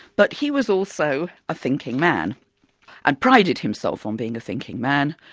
but he was also a thinking man and prided himself on being a thinking man,